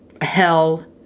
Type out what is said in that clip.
hell